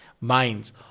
minds